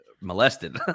molested